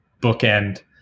bookend